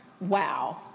Wow